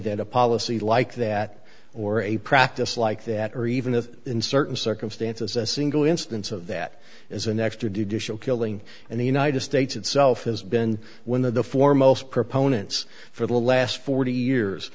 that a policy like that or a practice like that or even if in certain circumstances a single instance of that is an extradition killing and the united states itself has been when the foremost proponents for the last forty years